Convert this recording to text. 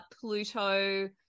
Pluto